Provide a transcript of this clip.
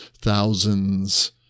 thousands